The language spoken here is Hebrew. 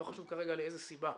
לא חשוב כרגע מאיזו סיבה,